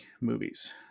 movies